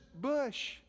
bush